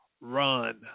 run